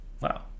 Wow